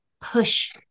push